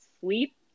sleep